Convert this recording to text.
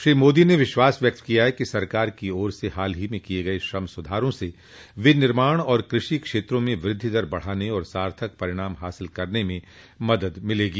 श्री मोदी ने विश्वास व्यक्त किया कि सरकार की ओर से हाल ही में किए गए श्रम सुधारों से विनिर्माण और कृषि क्षेत्रों में वृद्धि दर बढाने और सार्थक परिणाम हासिल करने में मदद मिलेगी